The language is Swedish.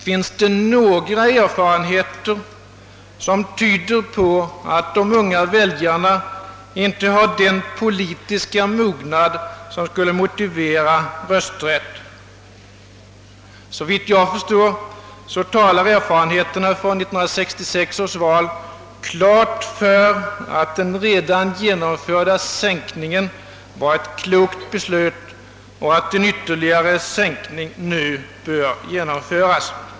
Finns det några erfarenheter som tyder på att de unga väljarna inte har den politiska mognad som skulle motivera rösträtt? Såvitt jag förstår talar erfarenheterna från 1966 års val klart för att den redan genomförda sänkningen var ett klokt beslut och för att en ytterligare sänkning nu bör genomföras.